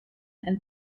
and